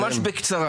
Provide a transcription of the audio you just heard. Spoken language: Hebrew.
ממש בקצרה.